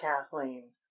Kathleen